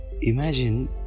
imagine